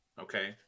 Okay